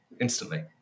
instantly